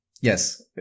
Yes